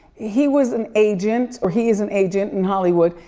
he was an agent, or he is an agent in hollywood,